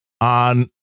on